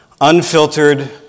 unfiltered